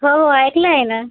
हो हो ऐकलं आहे ना